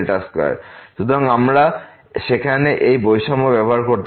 সুতরাং আমরা সেখানে এই বৈষম্য ব্যবহার করতে পারি